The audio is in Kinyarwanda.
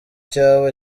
icyaba